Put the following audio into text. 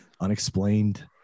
unexplained